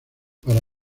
para